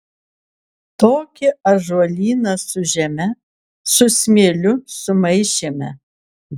tokį ąžuolyną su žeme su smėliu sumaišėme